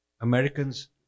Americans